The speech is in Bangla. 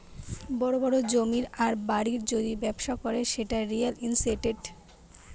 বড় বড় জমির আর বাড়ির যদি ব্যবসা করে সেটা রিয়্যাল ইস্টেট